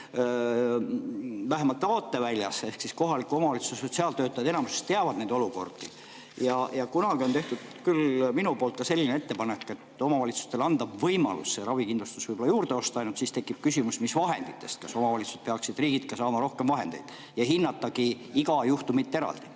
vaateväljas ehk kohaliku omavalitsuse sotsiaaltöötajad enamuses teavad neid olukordi. Kunagi tegin mina ka sellise ettepaneku, et omavalitsustele anda võimalus ravikindlustust võib-olla juurde osta. Ainult et siis tekib küsimus, mis vahenditest. Kas omavalitsused peaksid riigilt ka saama rohkem vahendeid ja kas hinnatagi iga juhtumit eraldi?